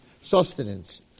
sustenance